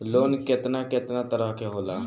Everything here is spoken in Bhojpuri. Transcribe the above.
लोन केतना केतना तरह के होला?